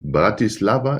bratislava